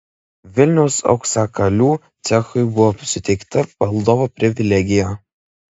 vilniaus auksakalių cechui buvo suteikta valdovo privilegija